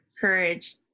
courage